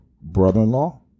brother-in-law